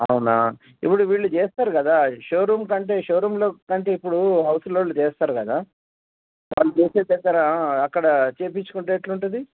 అవునా ఇప్పుడు వీళ్ళు చేస్తరు కదా షోరూం కంటే షోరూంలో కంటే ఇప్పుడు కౌసలోళ్ళు చేస్తారు కదా వాళ్ళు చేసే దగ్గర అక్కడ చేపించుకుంటే ఎట్ల ఉంటుంది